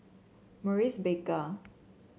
Maurice Baker